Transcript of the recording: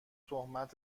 تهمت